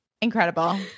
incredible